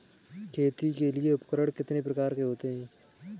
खेती के लिए उपकरण कितने प्रकार के होते हैं?